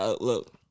look